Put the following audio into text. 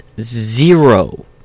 zero